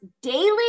daily